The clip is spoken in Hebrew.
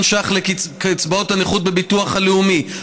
שקלים לקצבאות הנכות בביטוח הלאומי,